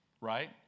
Right